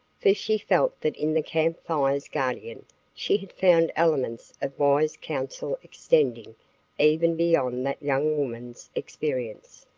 for she felt that in the camp fire's guardian she had found elements of wise counsel extending even beyond that young woman's experience.